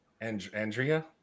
Andrea